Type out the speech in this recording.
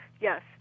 yes